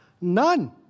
None